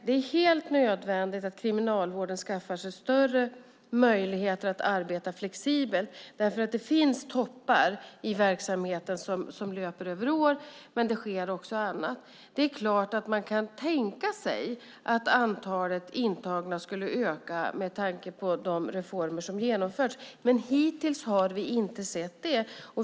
Det är helt nödvändigt att Kriminalvården skaffar sig större möjligheter att arbeta flexibelt. Det finns toppar i verksamheten, som löper över år, men det sker också annat. Det är klart att man kan tänka sig att antalet intagna skulle öka med tanke på de reformer som genomförts, men hittills har vi inte sett det.